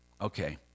Okay